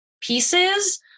pieces